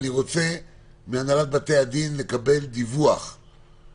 אני רוצה לקבל דיווח מהנהלת בתי-הדין,